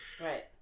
Right